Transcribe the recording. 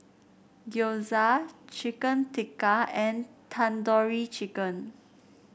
Gyoza Chicken Tikka and Tandoori Chicken